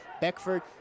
Beckford